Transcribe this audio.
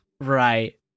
Right